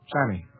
Sammy